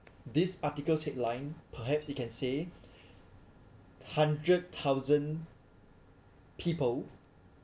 these articles headline perhaps it can say hundred thousand people